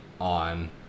on